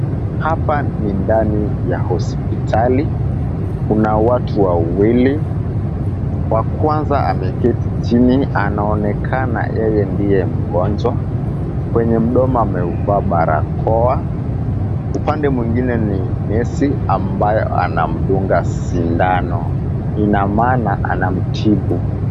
Hapa ni ndani ya hospitali, kuna watu wawili, wa kwanza ameketi chini anaonekana yeye ndiye mgonjwa. Kwenye mdomo ameuvaa barakoa. Upande mwingine ni nesi ambayo anamdunga sindano, ina maana anamtibu.